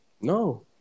No